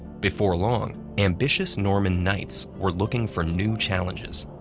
before long, ambitious norman knights were looking for new challenges.